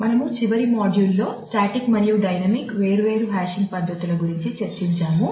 మనము చివరి మాడ్యూల్లో స్టాటిక్ను పరిచయం చేయడంలో పోల్చాము